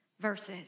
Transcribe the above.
Verses